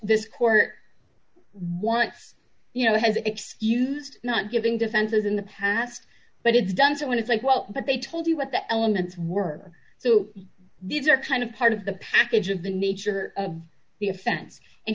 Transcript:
this court wants you know has excused not giving defenses in the past but it's done so when it's like well but they told you what the elements were so these are kind of part of the package of the nature of the offense and